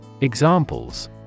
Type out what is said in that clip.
Examples